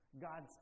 God's